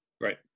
Right